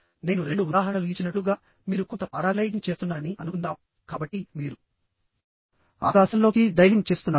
నేను రెండు ఉదాహరణలు ఇచ్చినట్లుగామీరు కొంత పారాగ్లైడింగ్ చేస్తున్నారని అనుకుందాంకాబట్టి మీరు ఆకాశంలోకి డైవింగ్ చేస్తున్నారు